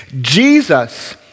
Jesus